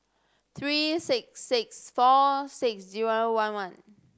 three six six four six zero one one